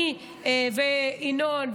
אני וינון,